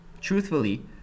truthfully